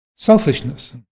selfishness